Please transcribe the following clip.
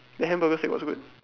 the hamburger steak was good